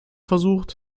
versucht